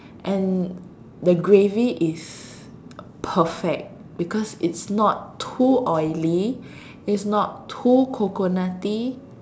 and the gravy is perfect because it's not too oily it's not too coconutty